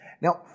Now